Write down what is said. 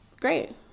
great